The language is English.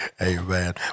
Amen